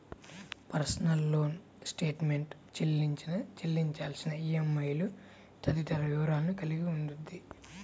personal loan statement చెల్లించిన, చెల్లించాల్సిన ఈఎంఐలు తదితర వివరాలను కలిగి ఉండిద్ది